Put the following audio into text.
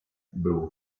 było